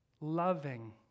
Loving